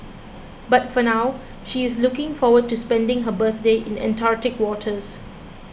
but for now she is looking forward to spending her birthday in Antarctic waters